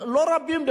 לא רבים,